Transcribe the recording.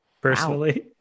personally